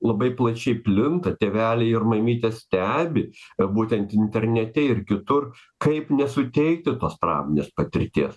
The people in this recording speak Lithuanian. labai plačiai plinta tėveliai ir mamytės stebi ir būtent internete ir kitur kaip nesuteikti tos trauminės patirties